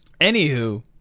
anywho